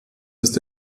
ist